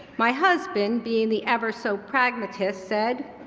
my husband being the ever so pragmatist said,